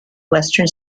western